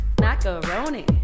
Macaroni